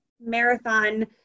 Marathon